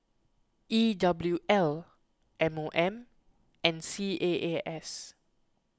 E W L M O M and C A A S